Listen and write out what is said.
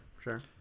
sure